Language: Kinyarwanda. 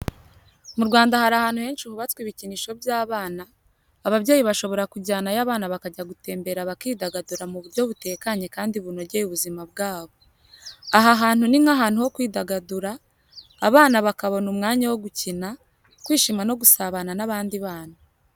Mu Rwanda hari ahantu henshi hubatswe ibikinisho by’abana, ababyeyi bashobora kujyanayo abana bakajya gutembera bakidagadura mu buryo butekanye kandi bunogeye ubuzima bwabo. Aha hantu ni nk’ahantu ho kwidagadura, abana bakabona umwanya wo gukina, kwishima no gusabana n’abandi bana.